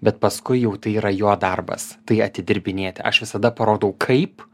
bet paskui jau tai yra jo darbas tai atidirbinėti aš visada parodau kaip